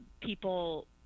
people